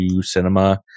cinema